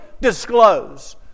disclose